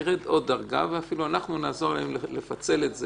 נרד עוד דרגה ואפילו אנחנו נעזור להם לפצל את זה